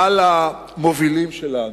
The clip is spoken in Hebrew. על המובילים שלנו,